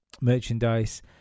merchandise